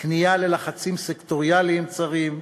וכניעה ללחצים סקטוריאליים צרים,